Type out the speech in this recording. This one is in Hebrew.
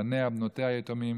בניה ובנותיה היתומים,